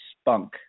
Spunk